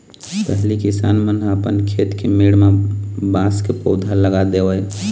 पहिली किसान मन ह अपन खेत के मेड़ म बांस के पउधा लगा देवय